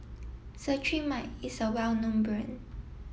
Cetrimide is a well known brand